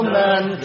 man